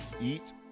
eat